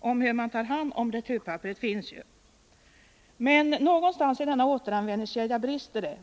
om hur man tar hand om returpapperet finns ju vid våra pappersbruk. Men någonstans i denna återanvändningkedja brister det.